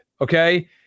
Okay